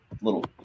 little